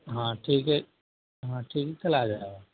हाँ ठीक है हाँ ठीक है कल आ जाएगा